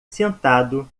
sentado